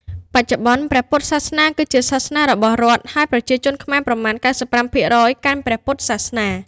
បច្ចុប្បន្ន ព្រះពុទ្ធសាសនាគឺជាសាសនារបស់រដ្ឋ ហើយប្រជាជនខ្មែរប្រមាណ ៩៥% កាន់ព្រះពុទ្ធសាសនា។